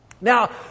Now